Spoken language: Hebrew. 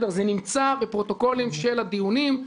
זה נמצא בפרוטוקולים של הדיונים.